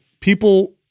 People